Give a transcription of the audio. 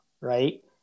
right